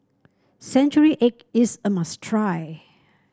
Century Egg is a must try